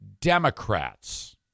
democrats